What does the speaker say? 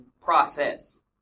process